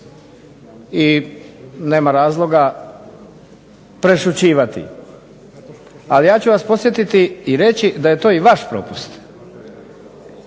i nema razloga prešućivati, ali ja ću vas podsjetiti i reći da je to i vaš propust.